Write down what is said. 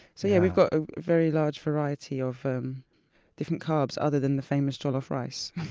so yeah we've got a very large variety of um different carbs other than the famous jollof rice